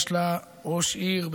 יש לה ראש עיר,